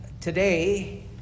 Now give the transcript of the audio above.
today